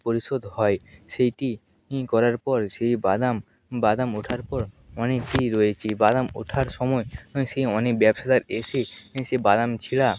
পরিশোধ হয় সেইটি ইঁ করার পর সেই বাদাম বাদাম ওঠার পর অনেকই রয়েছে বাদাম ওঠার সময় সেই অনেক ব্যবসাদার এসে সেই বাদাম ছিঁড়া